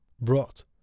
brought